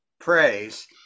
praise